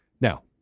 Now